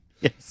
Yes